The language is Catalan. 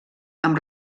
amb